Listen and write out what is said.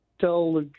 tell